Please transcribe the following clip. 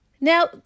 Now